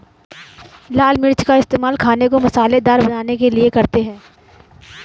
लाल मिर्च का इस्तेमाल खाने को मसालेदार बनाने के लिए करते हैं